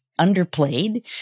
underplayed